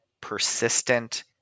persistent